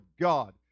God